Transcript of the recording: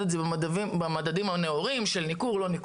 את זה במדדים הנאורים של ניכור או לא.